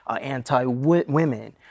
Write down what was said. anti-women